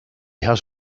has